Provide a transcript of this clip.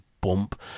bump